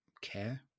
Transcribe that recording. care